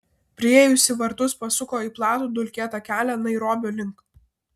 priėjusi vartus pasuko į platų dulkėtą kelią nairobio link